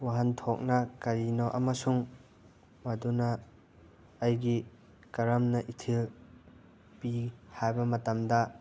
ꯋꯥꯍꯟꯊꯣꯛꯅ ꯀꯔꯤꯅꯣ ꯑꯃꯁꯨꯡ ꯃꯗꯨꯅ ꯑꯩꯒꯤ ꯀꯔꯝꯅ ꯏꯊꯤꯜ ꯄꯤ ꯍꯥꯏꯕ ꯃꯇꯝꯗ